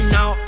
Now